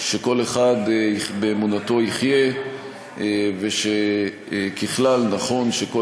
שכל אחד באמונתו יחיה ושככלל נכון שכל